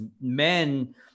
men